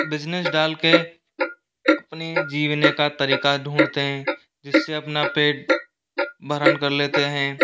business डाल के अपनी जीवने का तरीका ढूंढते हैं जिससे अपना पेट भरण कर लेते हैं